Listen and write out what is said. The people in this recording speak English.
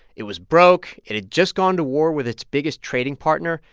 it was broke. it had just gone to war with its biggest trading partner.